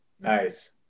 nice